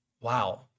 Wow